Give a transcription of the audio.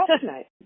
tonight